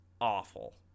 awful